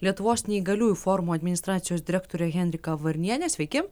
lietuvos neįgaliųjų forumo administracijos direktorė henrika varnienė sveiki